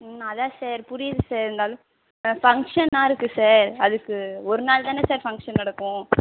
ம் அதான் சார் புரியுது சார் இருந்தாலும் ஃபங்க்ஷனாக இருக்குது சார் அதுக்கு ஒருநாள் தானே சார் ஃபங்க்ஷன் நடக்கும்